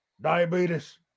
Diabetes